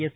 S